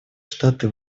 штаты